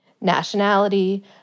nationality